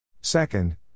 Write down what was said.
Second